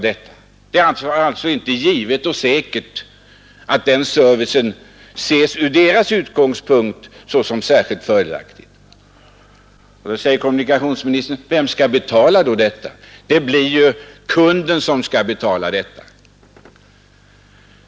Det är alltså inte givet att denna nya service från deras utgångspunkt ses som särskilt fördelaktig. Då säger kommunikationsministern: Vem skall betala detta? Det blir ju kunden som skall betala detta.